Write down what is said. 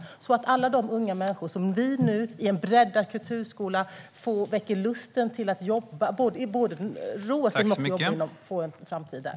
Det handlar om att alla de unga människor vars lust vi nu väcker i en breddad kulturskola ska kunna både roa sig och få en framtid där.